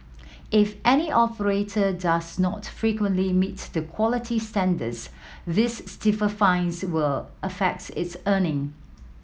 if any operator does not frequently meet the quality standards these stiffer fines will affects its earning